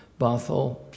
Bothell